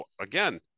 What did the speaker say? again